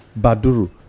Baduru